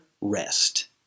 rest